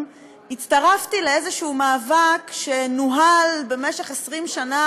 הצטרפתי לאיזשהו מאבק שנוהל במשך 20 שנה,